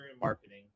marketing